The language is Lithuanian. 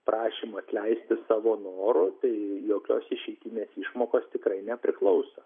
prašymą atleisti savo noru tai jokios išeitinės išmokos tikrai nepriklauso